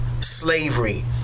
slavery